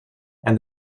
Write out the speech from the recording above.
and